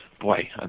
boy